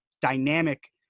dynamic